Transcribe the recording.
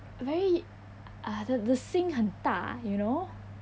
very uh the the 心很大 you know